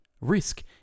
risk